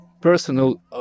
personal